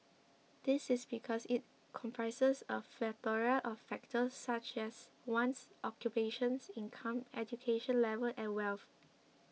this is because it comprises a plethora of factors such as one's occupation income education level and wealth